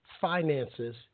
finances